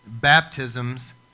baptisms